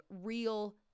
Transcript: real